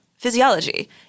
Physiology